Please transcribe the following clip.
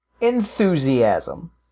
enthusiasm